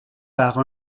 par